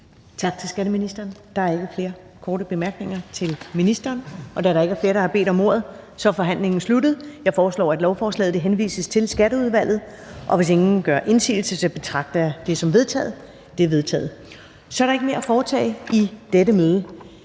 Tak til skatteministeren. Der er ikke flere korte bemærkninger til ministeren. Da der ikke er flere, der har bedt om ordet, er forhandlingen sluttet. Jeg foreslår, at lovforslaget henvises til Skatteudvalget. Hvis ingen gør indsigelse, betragter jeg det som vedtaget. Det er vedtaget. --- Det næste punkt på dagsordenen